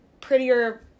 prettier